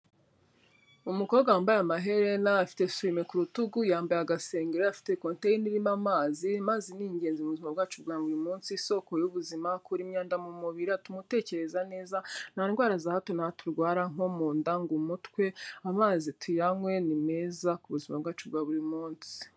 Umukobwa wambaye amaherena afite fime k'u rutugu yambaye agasengeri afite conteyina irimo amazi amazi n'ingenzi mubuzima bwacu bwa buri munsi isoko y'ubuzima akura imyanda mu mubiri, atumamu dutekereza neza nta ndwara za hato na hato turwara nko mu nda, ng'umutwe amazi tuyanywe ni meza k'ubuzima bwacu bwa buri munsi.